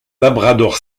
labrador